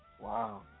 Wow